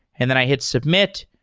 and then i hit submit,